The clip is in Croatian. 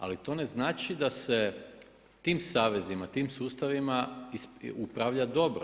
Ali to ne znači da se tim savezima, tim sustavima upravlja dobro.